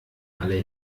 alle